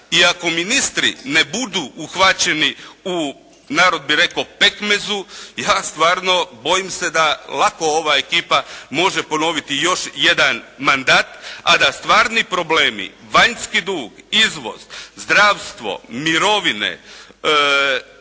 ako ministri ne budu uhvaćeni u, narod bi rekao pekmezu, ja stvarno bojim se da lako ova ekipa može ponoviti još jedan mandat, a da stvarni problemi, vanjski dug, izvoz, zdravstvo, mirovine,